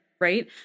right